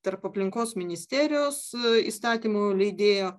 tarp aplinkos ministerijos įstatymų leidėjo